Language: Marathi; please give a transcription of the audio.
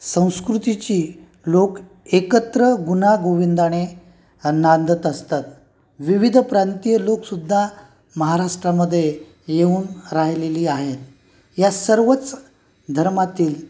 संस्कृतीची लोक एकत्र गुण्यागोविंदाने नांदत असतात विविध प्रांतीय लोकसुद्धा महाराष्ट्रामध्ये येऊन राहिलेली आहेत या सर्वच धर्मातील